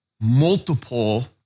multiple